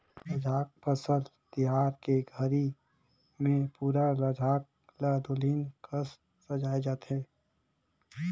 लद्दाख फसल तिहार के घरी मे पुरा लद्दाख ल दुलहिन कस सजाए देथे